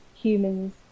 humans